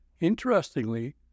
Interestingly